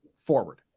forward